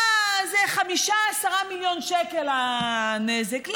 מה, זה 5 10 מיליון שקל, הנזק.